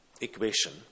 equation